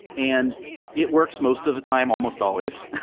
and it works most of the time almost always,